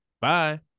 Bye